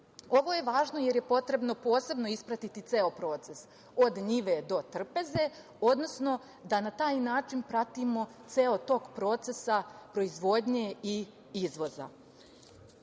je važno jer je potrebno posebno ispratiti ceo proces, od njive do trpeze, odnosno, da na taj način pratimo ceo tok procesa proizvodnje i izvoza. Na